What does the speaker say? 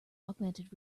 augmented